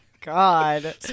God